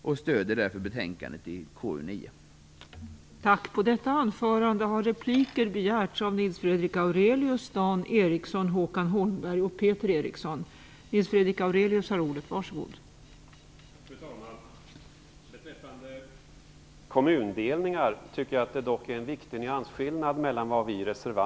Jag yrkar därför bifall till utskottets hemställan i konstitutionsutskottets betänkande nr 9.